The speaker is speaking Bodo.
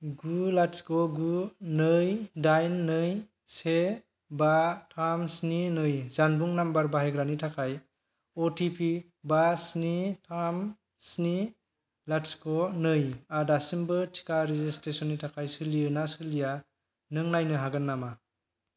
गु लाथिख' गु नै दाइन नै से बा थाम स्नि नै जानबुं नाम्बार बाहायग्रानि थाखाय अ टि पि बा स्नि थाम स्नि लाथिख' नै आ दासिमबो टिका रेजिसट्रेसननि थाखाय सोलियो ना सोलिया नों नायनो हागोन नामा